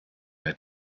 bei